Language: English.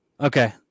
Okay